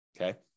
Okay